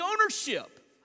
ownership